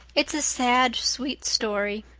it's a sad, sweet story.